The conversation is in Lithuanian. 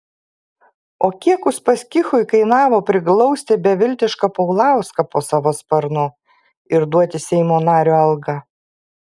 o kiek uspaskichui kainavo priglausti beviltišką paulauską po savo sparnu ir duoti seimo nario algą